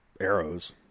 arrows